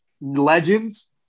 legends